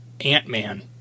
Ant-Man